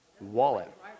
wallet